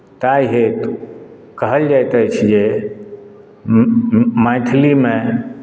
ताहि हेतु कहल जाइत अछि जे मैथिलीमे